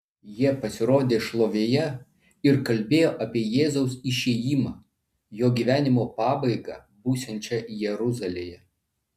jie pasirodė šlovėje ir kalbėjo apie jėzaus išėjimą jo gyvenimo pabaigą būsiančią jeruzalėje